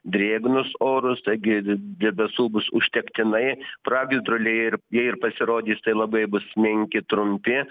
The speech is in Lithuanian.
drėgnus orus taigi debesų bus užtektinai pragiedruliai ir jei ir pasirodys tai labai bus menki trumpi